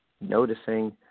noticing